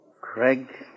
Craig